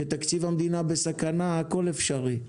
כשתקציב המדינה בסכנה הכול אפשרי.